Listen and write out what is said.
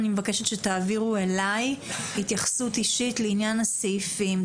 אני מבקשת שתעבירו אליי התייחסות אישית לעניין הסעיפים,